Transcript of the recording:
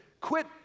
quit